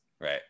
Right